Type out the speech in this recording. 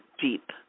deep